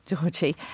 Georgie